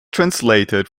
translated